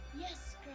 Yes